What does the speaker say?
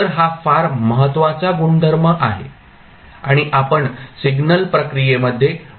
तर हा फार महत्वाचा गुणधर्म आहे आणि आपण सिग्नल प्रक्रियेमध्ये मोठ्या प्रमाणात वापरतो